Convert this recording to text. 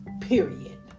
Period